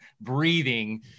breathing